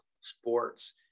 sports